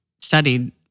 studied